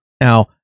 Now